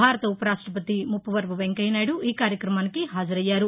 భారత ఉప రాష్టపతి ముప్పవరపు వెంకయ్యనాయుడు ఈ కార్యక్రమానికి హాజరయ్యారు